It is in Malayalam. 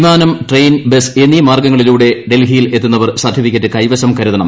വിമാനം ട്രെയിൻ ബസ് എന്നീ മാർഗ്ഗങ്ങളിലൂടെ ഡൽഹിയിലെത്തുന്നവർ ് സർട്ടിഫിക്കറ്റ് കൈവശം കരുത്ണം